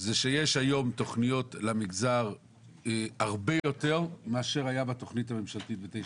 זה שיש היום תכניות למגזר הרבה יותר ממה שהיה בתכנית הממשלתית ב-922.